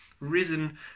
risen